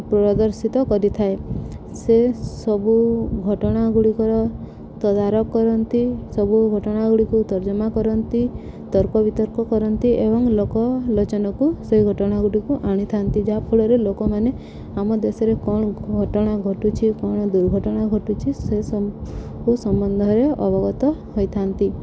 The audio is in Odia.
ପ୍ରଦର୍ଶିତ କରିଥାଏ ସେ ସବୁ ଘଟଣା ଗୁଡ଼ିକର ତଦାରଖ କରନ୍ତି ସବୁ ଘଟଣା ଗୁଡ଼ିକୁ ତର୍ଜମା କରନ୍ତି ତର୍କ ବିତର୍କ କରନ୍ତି ଏବଂ ଲୋକଲୋଚନକୁ ସେଇ ଘଟଣା ଗୁଡ଼ିକୁ ଆଣିଥାନ୍ତି ଯାହାଫଳରେ ଲୋକମାନେ ଆମ ଦେଶରେ କ'ଣ ଘଟଣା ଘଟୁଛି କ'ଣ ଦୁର୍ଘଟଣା ଘଟୁଛି ସେ ସବୁ ସମ୍ବନ୍ଧରେ ଅବଗତ ହୋଇଥାନ୍ତି